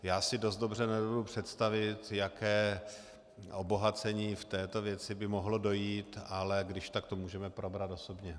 Já si dost dobře nedovedu představit, k jakému obohacení v této věci by mohlo dojít, ale když tak to můžeme probrat osobně.